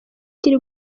kiri